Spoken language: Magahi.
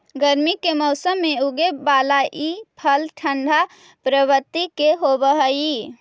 गर्मी के मौसम में उगे बला ई फल ठंढा प्रवृत्ति के होब हई